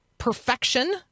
perfection